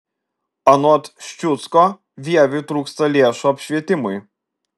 anot ščiucko vieviui trūksta lėšų apšvietimui